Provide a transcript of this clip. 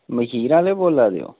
मखीर आह्ले बोल्ला देओ